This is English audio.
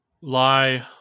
lie